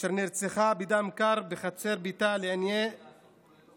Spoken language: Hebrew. אשר נרצחה בדם קר בחצר ביתה לעיני ילדיה.